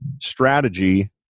strategy